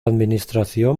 administración